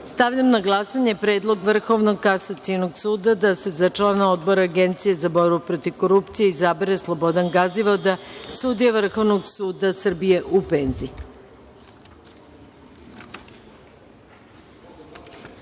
na glasanje predlog Vrhovnog kasacionog suda da se za člana Odbora Agencije za borbu protiv korupcije izabere Slobodan Gazivoda, sudija Vrhovnog suda Srbije, u